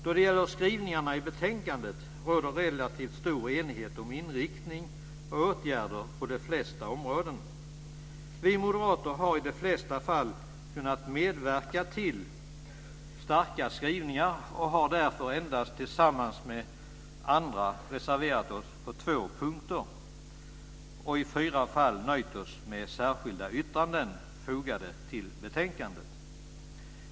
Då det gäller skrivningarna i betänkandet råder relativt stor enighet om inriktning och åtgärder på de flesta områdena. Vi moderater har i de flesta fall kunnat medverka till starka skrivningar och har därför endast tillsammans med andra reserverat oss på två punkter och i fyra fall nöjt oss med särskilda yttranden fogade till betänkandet.